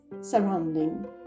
surrounding